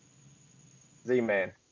Z-man